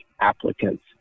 applicants